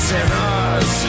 Sinners